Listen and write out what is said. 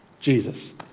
Jesus